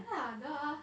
yeah lah !duh!